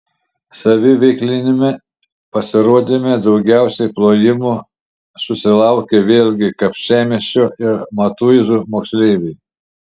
saviveikliniame pasirodyme daugiausiai plojimų susilaukė vėlgi kapčiamiesčio ir matuizų moksleiviai